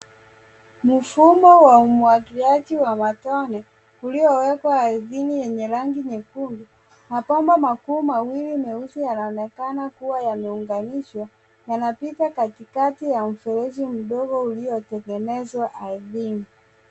Mfumo wa umwagiliaji wa matone, uliowekwa ardhini yenye rangi nyekundu. Mabomba makuu mawili meusi, yanaonekana kuwa yameunganishwa, yanapita katikati ya mfereji mdogo uliotengenezwa ardhini.